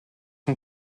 ton